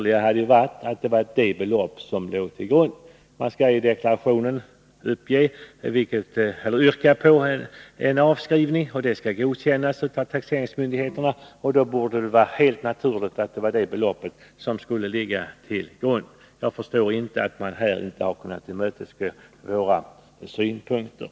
I deklarationen skall den skattskyldige yrka på en avskrivning som sedan skall godkännas av taxeringsmyndigheterna, och då borde det ha varit naturligt att låta det resterande beloppet ligga till grund för beräkningen. Jag förstår inte varför man här inte har kunnat tillmötesgå våra synpunkter.